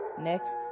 Next